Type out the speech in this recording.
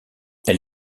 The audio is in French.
elle